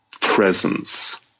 presence